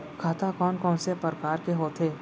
खाता कोन कोन से परकार के होथे?